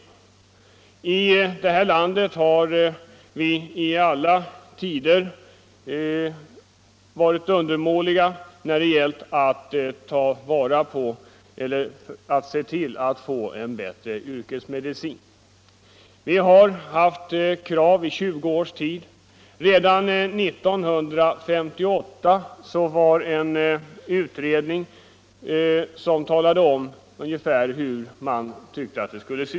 Här i landet har initiativförmågan i alla tider varit undermålig när det gällt att se till att få en bättre yrkesmedicin. Ändå har det ställts krav på detta område under 20 års tid. Redan 1958 talade en utredning om ungefär hur yrkesmedicinen skulle organiseras.